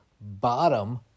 bottom